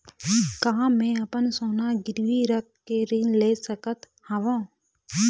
का मैं अपन सोना गिरवी रख के ऋण ले सकत हावे?